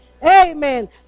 Amen